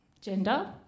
gender